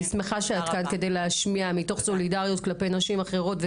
אני שמחה שאת כאן כדי להשמיע את קולך מתוך סולידריות כלפי נשים אחרות.